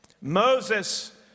Moses